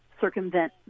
circumvent